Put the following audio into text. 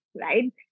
Right